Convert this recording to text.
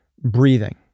breathing